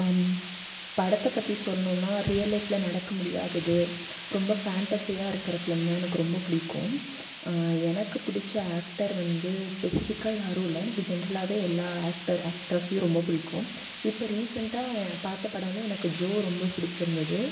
ஆம் படத்தை பற்றி சொல்லணுன்னா ரியல் லைஃபில் நடக்க முடியாதது ரொம்ப ஃபேண்டசியாக இருக்கிற ஃபிலிம்னால் எனக்கு ரொம்ப பிடிக்கும் எனக்கு பிடிச்ச ஆக்டர் வந்து ஸ்பெசிஃபிக்காக யாரும் இல்லை எனக்கு ஜென்ரலாவே எல்லா ஆக்டர் ஆக்டர்ஸையும் ரொம்ப பிடிக்கும் இப்போ ரீசெண்டாக பார்த்த படம்ல எனக்கு ஜோ ரொம்ப பிடுச்சிருந்தது